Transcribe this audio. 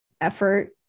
effort